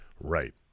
Right